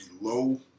low